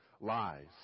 Lies